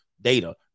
data